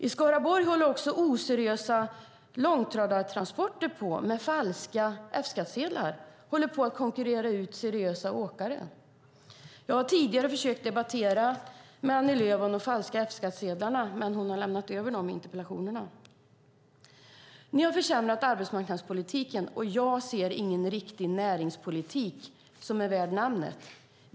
I Skaraborg håller oseriösa långtradartransporter med falska F-skattsedlar på att konkurrera ut seriösa åkare. Jag har tidigare försökt debattera de falska F-skattsedlarna med Annie Lööf, men hon har lämnat över interpellationerna till andra. Ni har försämrat arbetsmarknadspolitiken, och jag ser ingen riktig näringspolitik värd namnet.